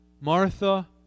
Martha